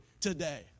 today